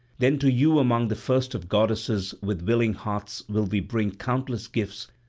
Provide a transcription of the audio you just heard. then to you among the first of goddesses with willing hearts will we bring countless gifts,